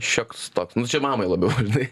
šioks nu čia mamai labiau tai